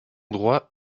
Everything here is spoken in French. droit